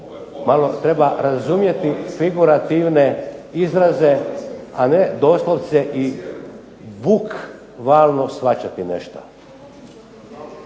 Malo treba razumjeti figurativne izraze a ne doslovce i bukvalno shvaćati nešto.